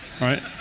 right